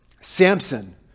Samson